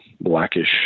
blackish